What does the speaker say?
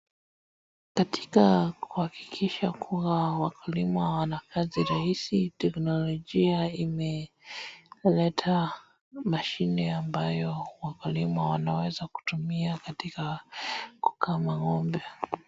Katika kuhakikisha kuwa wakulima wanakazi rahisi, teknolojia imeleta mashine ambayo wakulima wanaweza kutumia katika kukamua ng'ombe.